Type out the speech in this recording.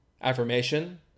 Affirmation